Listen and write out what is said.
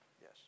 Yes